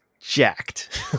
jacked